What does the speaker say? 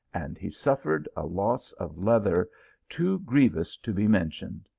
and he suffered a loss of leather too grievous to be mentioned.